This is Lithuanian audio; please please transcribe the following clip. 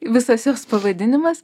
visas jos pavadinimas